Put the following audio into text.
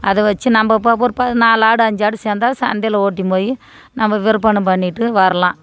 அதை வச்சு நம்ம ஒரு நாலு ஆடு அஞ்சு ஆடு சேர்ந்தா சந்தையில் ஓட்டினு போய் நம்ம விற்பனை பண்ணிகிட்டு வரலாம்